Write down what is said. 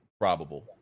probable